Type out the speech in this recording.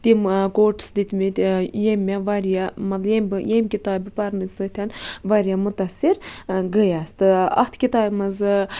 تِم کوٹس دِتمٕتۍ یٔمۍ مےٚ واریاہ یٔمۍ بہٕ یٔمۍ کِتابہٕ بہٕ پَرنہٕ سۭتۍ واریاہ مُتَثِر گٔیَس تہٕ اتھ کِتابہ مَنٛز چھُ